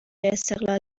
استقلال